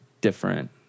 different